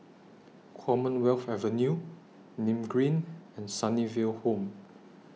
Commonwealth Avenue Nim Green and Sunnyville Home